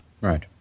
Right